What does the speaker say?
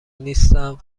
نیستم